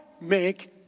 make